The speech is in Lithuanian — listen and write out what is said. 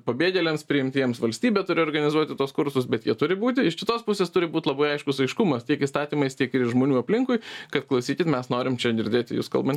pabėgėliams priimtiems valstybė turi organizuoti tuos kursus bet jie turi būti iš kitos pusės turi būt labai aiškus aiškumas tiek įstatymais tiek ir iš žmonių aplinkui kad klausykit mes norim čia girdėti jus kalban